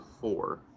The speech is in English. four